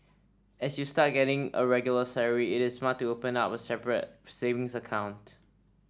as you start getting a regular salary it is smart to open up with a separate savings account